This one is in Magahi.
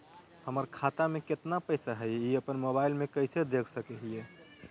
हमर खाता में केतना पैसा हई, ई अपन मोबाईल में कैसे देख सके हियई?